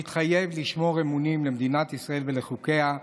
מתחייב לשמור אמונים למדינת ישראל ולחוקיה,